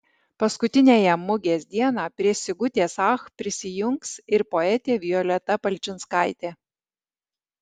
paskutiniąją mugės dieną prie sigutės ach prisijungs ir poetė violeta palčinskaitė